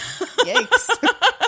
Yikes